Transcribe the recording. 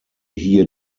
hier